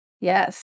yes